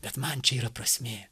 bet man čia yra prasmė